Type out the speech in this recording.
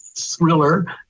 thriller